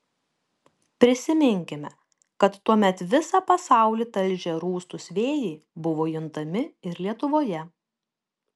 prisiminkime kad tuomet visą pasaulį talžę rūstūs vėjai buvo juntami ir lietuvoje